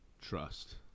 trust